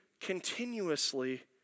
continuously